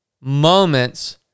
moments